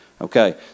Okay